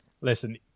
Listen